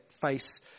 face